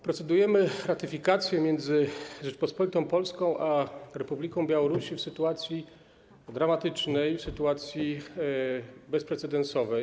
Procedujemy nad ratyfikacją umowy między Rzecząpospolitą Polską a Republiką Białorusi w sytuacji dramatycznej, w sytuacji bezprecedensowej.